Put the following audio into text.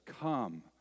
come